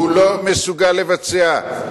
הוא לא מסוגל לבצע,